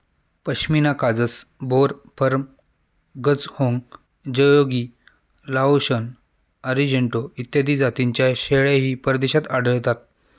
पश्मिना काजस, बोर, फर्म, गझहोंग, जयोगी, लाओशन, अरिजेंटो इत्यादी जातींच्या शेळ्याही परदेशात आढळतात